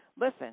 Listen